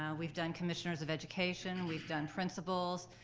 yeah we've done commissioners of education, we've done principals.